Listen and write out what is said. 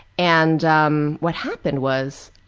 and, um what happened was,